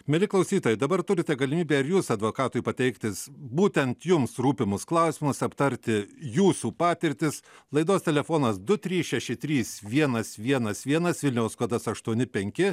mieli klausytojai dabar turite galimybę ir jūs advokatui pateiktis būtent jums rūpimus klausimus aptarti jūsų patirtis laidos telefonas du trys šeši trys vienas vienas vienas vilniaus kodas aštuoni penki